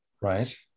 Right